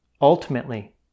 Ultimately